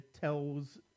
tells